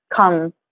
come